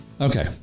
Okay